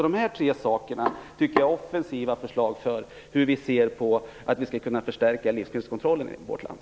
Dessa tre saker tycker jag är offensiva förslag för att förstärka livsmedelskontrollen i vårt land.